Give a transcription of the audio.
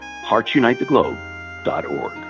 heartsunitetheglobe.org